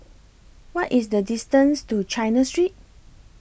What IS The distance to China Street